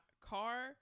car